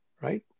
right